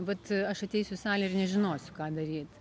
vat aš ateisiu į salę ir nežinosiu ką daryt